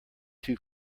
two